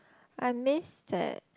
I miss that